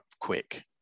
quick